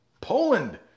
Poland